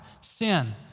Sin